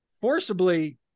forcibly